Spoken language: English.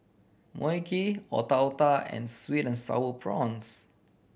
Mui Kee Otak Otak and sweet and Sour Prawns